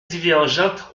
divergentes